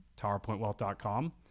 towerpointwealth.com